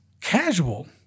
casual